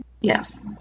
yes